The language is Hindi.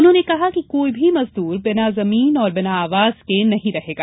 उन्होंने कहा कि कि कोई भी मजदूर बिना जमीन और बिना आवास के नहीं रहेगा